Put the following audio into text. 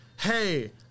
Hey